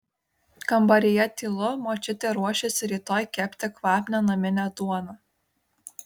kambaryje tylu močiutė ruošiasi rytoj kepti kvapnią naminę duoną